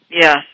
Yes